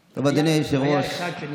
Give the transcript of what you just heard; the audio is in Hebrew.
עבאס, כסף.